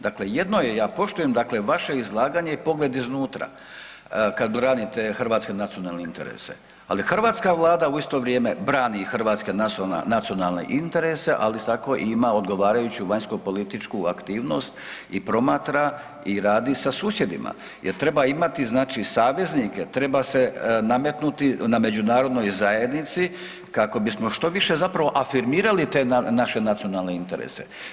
Dakle jedno je, ja poštujem dakle vaše izlaganje i pogled iznutra kad branite hrvatske nacionalne interese, ali hrvatska vlada u isto vrijeme brani hrvatske nacionalne interese, ali isto tako ima i odgovarajuću vanjsko političku aktivnost i promatra i radi sa susjedima jer treba imati znači saveznike, treba se nametnuti na međunarodnoj zajednici kako bismo što više zapravo afirmirali te naše nacionalne interese.